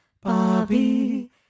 Bobby